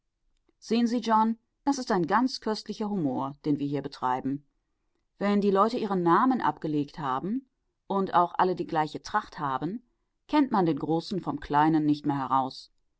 sehen sie john das ist ein ganz köstlicher humor den wir hier betreiben wenn die leute ihren namen abgelegt haben und auch alle die gleiche tracht haben kennt man den großen vom kleinen nicht mehr heraus